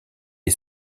est